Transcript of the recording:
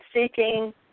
seeking